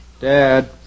Dad